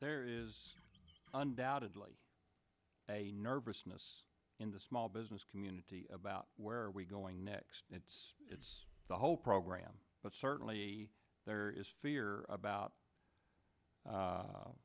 there is undoubtedly a nervousness in the small business community about where are we going next and it's the whole program but certainly there is fear about